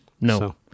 No